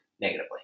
negatively